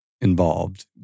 involved